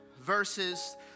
verses